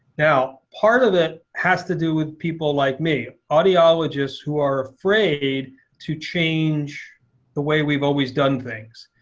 now, part of that has to do with people like me. audiologists who are afraid to change the way we've always done things.